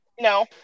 No